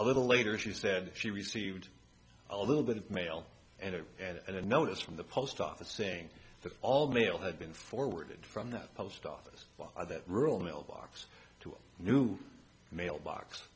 a little later she said she received a little bit of mail and it and a notice from the post office saying that all mail had been forwarded from the post office that rural mail box to a new mail box